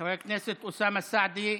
חבר הכנסת אוסאמה סעדי,